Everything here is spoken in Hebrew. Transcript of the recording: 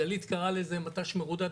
גלית קראה לזה מט"ש מרודד,